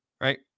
Right